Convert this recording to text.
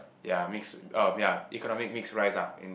ya mix oh ya economic mixed rice ah in